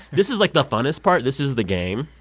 this is, like, the funnest part. this is the game.